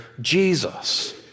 Jesus